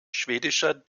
schwedischer